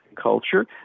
culture